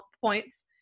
points